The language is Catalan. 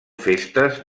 festes